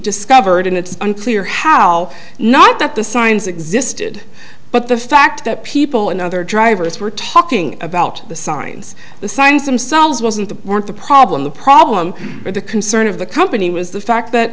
discovered and it's unclear how not that the signs existed but the fact that people in other drivers were talking about the signs the signs themselves wasn't the weren't the problem the problem but the concern of the company was the fact that